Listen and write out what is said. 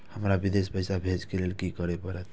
हमरा विदेश पैसा भेज के लेल की करे परते?